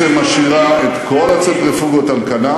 משבר הדיור, לא איראן,